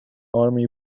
army